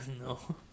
No